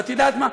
ואת יודעת מה?